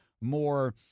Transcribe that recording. more